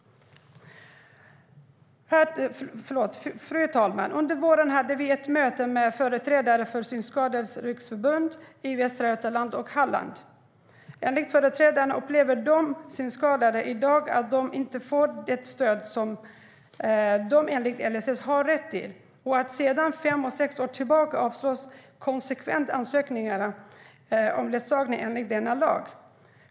Fru talman! Under våren hade vi ett möte med företrädare för Synskadades Riksförbund i Västra Götaland och Halland. Enligt företrädarna upplever de synskadade i dag att de inte får det stöd som de enligt LSS har rätt till, och att ansökningar om ledsagning enligt denna lag sedan fem eller sex år tillbaka konsekvent avslås.